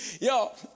Y'all